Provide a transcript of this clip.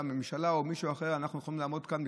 הממשלה או מישהו אחר יכולים לעמוד כאן,